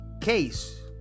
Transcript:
case